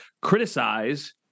criticize